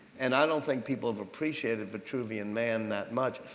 and i don't think people have appreciated vitruvian man that much.